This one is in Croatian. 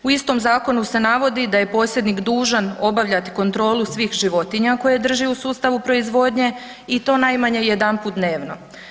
U istom zakonu se navodi da je posjednik dužan obavljati kontrolu svih životinja koje drži u sustavu proizvodnje i to najmanje jedanput dnevno.